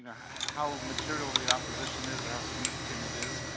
how material the opposition is or how significant it is.